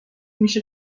میشه